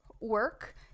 work